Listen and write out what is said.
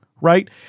right